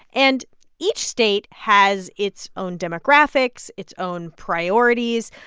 and each state has its own demographics, its own priorities.